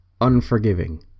unforgiving